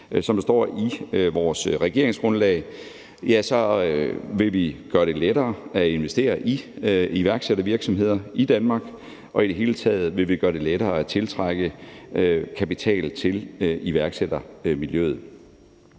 Som der står i vores regeringsgrundlag, vil vi gøre det lettere at investere i iværksættervirksomheder i Danmark, og i det hele taget vil vi gøre det lettere at tiltrække kapital til iværksættermiljøet.